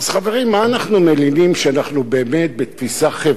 מה אנחנו מלינים שאנחנו באמת בתפיסה חברתית,